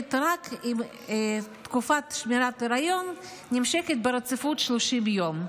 משולמת רק אם תקופת שמירת ההיריון נמשכת ברציפות 30 יום.